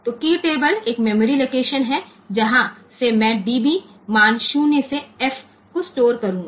तो key table एक memory location है जहाँ से मैं db मान 0 से F को स्टोर करूँगा